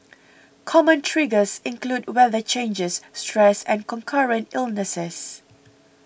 common triggers include weather changes stress and concurrent illnesses